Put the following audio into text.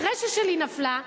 אחרי ששלי יצאה,